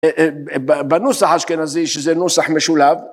בנוסח האשכנזי שזה נוסח משולב